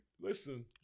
listen